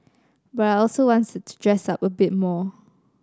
but I also wanted to dress up a bit more